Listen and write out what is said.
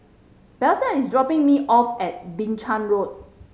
Blaise is dropping me off at Binchang Walk